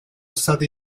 stati